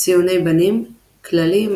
ציוני בנים – כללים,